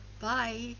Bye